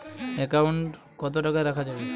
Account কত টাকা রাখা যাবে?